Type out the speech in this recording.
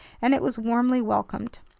and it was warmly welcomed.